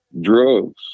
drugs